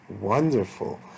wonderful